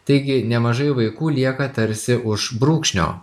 taigi nemažai vaikų lieka tarsi už brūkšnio